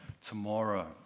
tomorrow